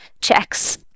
checks